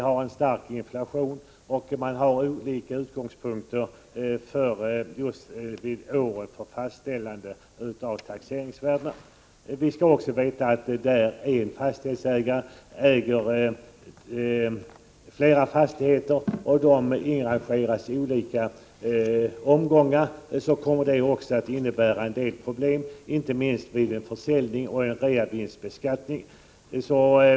har en stark inflation, och olika utgångspunkter kan föreligga de år då taxeringsvärdena fastställs. Vi skall också veta att en del fastighetsägare äger flera fastigheter och om de inrangeras i olika omgångar kommer det också att innebära en del problem, inte minst vid en försäljning och en reavinstsbeskattning.